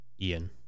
Ian